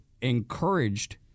encouraged